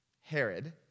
Herod